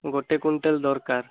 ଗୋଟେ କୁଇଣ୍ଟାଲ୍ ଦରକାର